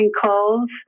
calls